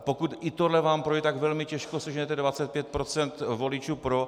Pokud i tohle vám projde, tak velmi těžko seženete 25 % voličů pro.